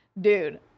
Dude